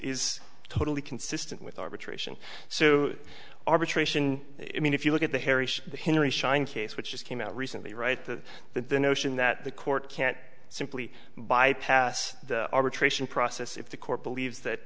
is totally consistent with arbitration so arbitration i mean if you look at the harry henry schein case which just came out recently right to the notion that the court can't simply bypass the arbitration process if the court believes that